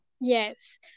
Yes